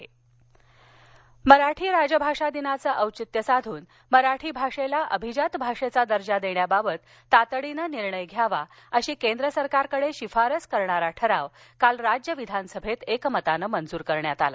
मराठी अभिजात मराठी राजभाषा दिनाचं औचित्य साधून मराठी भाषेला अभिजात भाषेचा दर्जा देण्याबाबत तातडीने निर्णय घ्यावा अशी केंद्र सरकारकडे शिफारस करणारा ठराव काल राज्य विधानसभेत एकमतानं मंजूर करण्यात आला